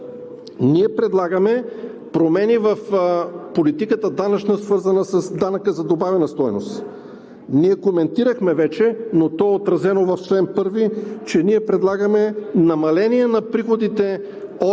ние предлагаме промени в данъчната политика, свързана с данъка за добавена стойност. Ние вече коментирахме, но то е отразено в чл. 1, че ние предлагаме намаление на приходите от